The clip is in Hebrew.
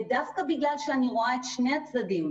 ודווקא בגלל שאני רואה ומכירה את שני הצדדים,